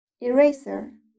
eraser